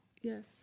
Yes